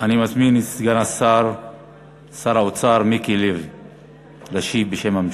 אני מזמין את סגן שר האוצר מיקי לוי להשיב בשם הממשלה.